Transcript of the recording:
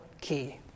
key